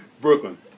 Brooklyn